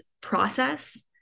process